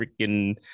freaking